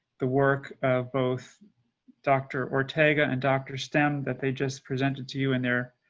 the work of both dr ortega and dr stem that they just presented to you in their